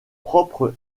propre